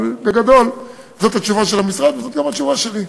בגדול, זאת התשובה של המשרד וזאת התשובה שלי.